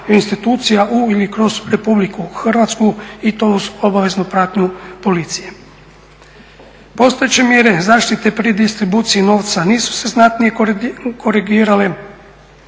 institucija u ili kroz RH i to uz obaveznu pratnju policije. Postojeće mjere zaštite pri distribuciji novca nisu se znatnije korigirale